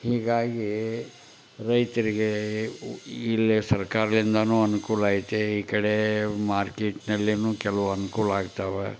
ಹೀಗಾಗಿ ರೈತರಿಗೆ ಇಲ್ಲೇ ಸರ್ಕಾರದಿಂದಲೂ ಅನುಕೂಲ ಐತೆ ಈ ಕಡೆ ಮಾರ್ಕೆಟ್ನಲ್ಲಿಯೂ ಕೆಲವು ಅನುಕೂಲ ಆಗ್ತವೆ